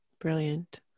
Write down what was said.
Brilliant